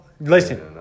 listen